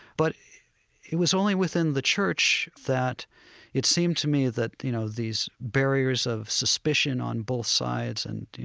but it was only within the church that it seemed to me that, you know, these barriers of suspicion on both sides and, you